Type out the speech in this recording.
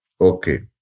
Okay